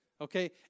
Okay